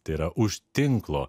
tai yra už tinklo